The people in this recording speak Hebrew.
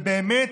באמת,